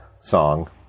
song